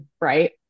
right